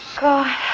God